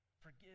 Forgive